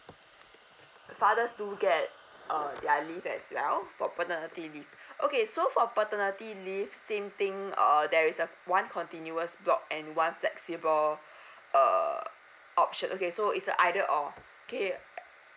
fathers do get uh their leave as well for paternity leave okay so for paternity leave same thing uh there is a one continuous block and one flexible uh option okay so it's a either or k